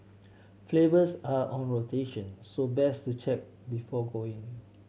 flavours are on rotation so best to check before going